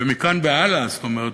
ומכאן והלאה, זאת אומרת,